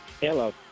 Hello